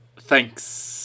thanks